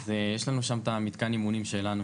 אז יש שם את המתקן אימונים שלנו,